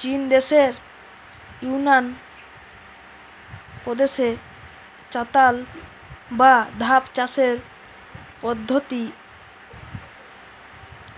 চিন দেশের ইউনান প্রদেশে চাতাল বা ধাপ চাষের পদ্ধোতি